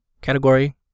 category